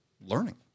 learning